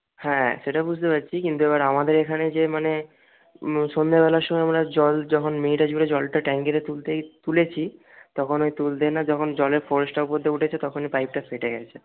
হ্যাঁ সেটা বুঝতে পাচ্ছি কিন্তু এবার আমাদের এখানে যে মানে সন্ধেবেলার সময় আমরা জল যখন মিনিটা জুড়ে জলটা ট্যাঙ্কিতে তুলতে তুলেছি তখন ওই তুলতে না যখন জলের ফোর্সটা উপর দিয়ে উঠেছে তখনই পাইপটা ফেটে গেছে